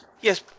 Yes